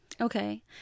okay